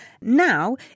Now